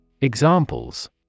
Examples